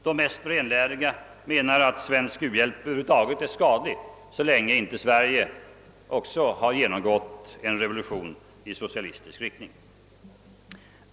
De mest renläriga menar att svensk u-hjälp över huvud taget är skadlig så länge inte också Sverige genomgått en revolution i socialistisk riktning.